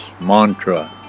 mantra